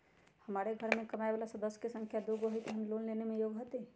हमार घर मैं कमाए वाला सदस्य की संख्या दुगो हाई त हम लोन लेने में योग्य हती?